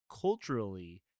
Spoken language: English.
culturally